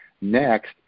Next